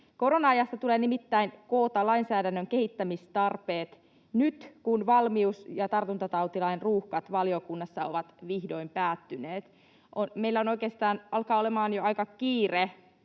Korona-ajasta tulee nimittäin koota lainsäädännön kehittämistarpeet nyt, kun valmius- ja tartuntatautilain ruuhkat valiokunnassa ovat vihdoin päättyneet. Meillä oikeastaan alkaa olemaan jo aika kiire